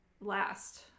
last